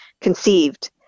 conceived